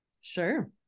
Sure